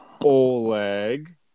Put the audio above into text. oleg